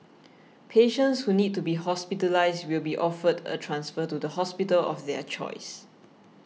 patients who need to be hospitalised will be offered a transfer to the hospital of their choice